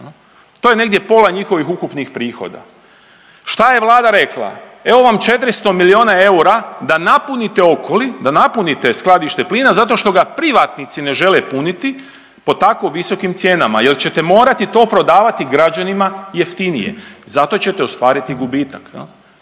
to je negdje pola njihovih ukupnih prihoda. Šta je vlada rekla? Evo vam 400 milijuna eura da napunite Okoli, da napunite skladište plina zato što ga privatnici ne žele puniti po tako visokim cijenama jel ćete morati to prodavati građanima jeftinije, zato ćete ostvariti gubitak